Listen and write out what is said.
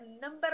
number